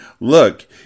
Look